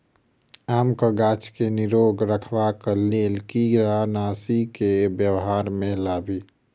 आमक गाछ केँ निरोग रखबाक लेल केँ कीड़ानासी केँ व्यवहार मे लाबी?